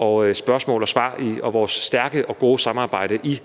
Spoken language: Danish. med spørgsmål og svar og vores stærke og gode samarbejde i